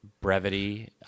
brevity